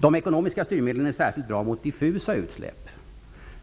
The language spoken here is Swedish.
De ekonomiska styrmedlen är särskilt bra mot diffusa utsläpp,